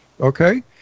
Okay